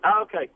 okay